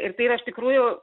ir tai yra iš tikrųjų